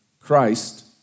Christ